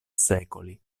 secoli